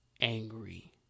angry